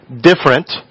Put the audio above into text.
different